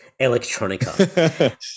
electronica